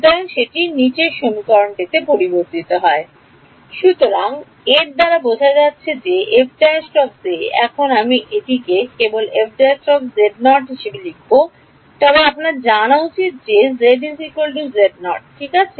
সুতরাং যে হয়ে যায় সুতরাং এর দ্বারা বোঝা যাচ্ছে যে f ′ এখন আমি এটিকে কেবল f ′ হিসাবে লিখব তবে আপনার জানা উচিত যে z z0 ঠিক আছে